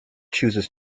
chooses